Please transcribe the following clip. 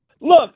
look